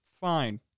fine